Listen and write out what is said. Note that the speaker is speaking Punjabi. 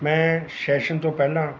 ਮੈਂ ਸ਼ੈਸ਼ਨ ਤੋਂ ਪਹਿਲਾਂ